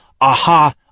aha